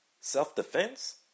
Self-defense